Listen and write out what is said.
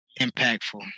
impactful